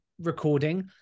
recording